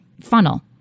funnel